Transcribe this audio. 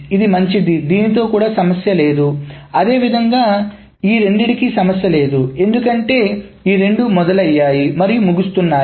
ఇది మంచిది దీనితో కూడా సమస్య లేదు అదేవిధంగా ఈ రెండింటికీ సమస్య లేదు ఎందుకంటే ఈ రెండు మొదలయ్యాయి మరియు ముగుస్తున్నాయి